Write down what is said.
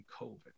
COVID